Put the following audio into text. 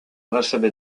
l’alphabet